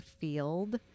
Field